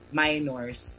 minors